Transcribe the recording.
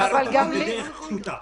זה ייעשה בדרך פשוטה.